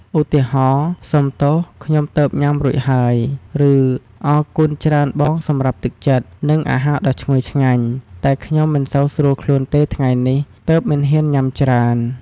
ឧទាហរណ៍ "សំទោស!ខ្ញុំទើបញ៉ាំរួចហើយ!" ឬ"អរគុណច្រើនបងសម្រាប់ទឹកចិត្ត និងអាហារដ៏ឈ្ងុយឆ្ងាញ់!" តែខ្ញុំមិនសូវស្រួលខ្លួនទេថ្ងៃនេះ ទើបមិនហ៊ានញ៉ាំច្រើន។